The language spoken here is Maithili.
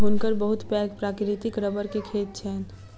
हुनकर बहुत पैघ प्राकृतिक रबड़ के खेत छैन